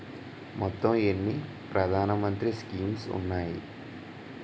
మొత్తం ఎన్ని ప్రధాన మంత్రి స్కీమ్స్ ఉన్నాయి?